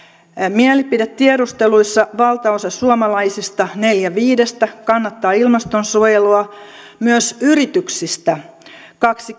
mielipidetiedusteluissa valtaosa suomalaisista neljä viidestä kannattaa ilmastonsuojelua myös yrityksistä kaksi